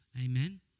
Amen